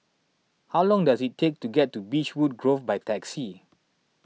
how long does it take to get to Beechwood Grove by taxi